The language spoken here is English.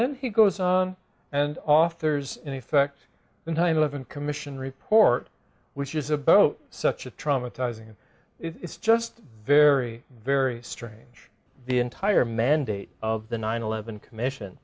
then he goes on and off there's an effect in time eleven commission report which is a boat such a traumatizing it's just very very strange the entire mandate of the nine eleven commission